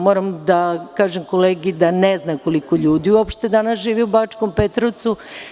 Moram da kažem kolegi, da ne zna koliko ljudi uopšte živi u Bačkom Petrovcu.